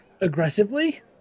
aggressively